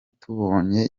tubonye